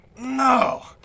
no